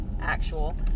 actual